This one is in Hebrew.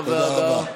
החוקים.